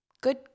Good